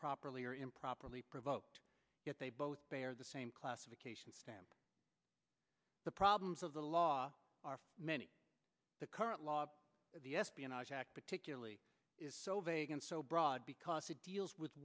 properly or improperly provoked if they both share the same classification stamp the problems of the law are many the current law of the espionage act particularly is so vague and so broad because it deals with